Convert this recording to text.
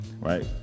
right